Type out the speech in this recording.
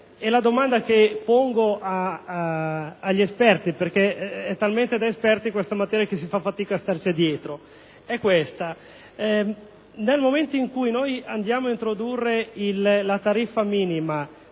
La domanda che pongo agli esperti - perché è talmente da esperti questa materia che si fa fatica a starci dietro - è questa: nel momento in cui andiamo ad introdurre la tariffa minima,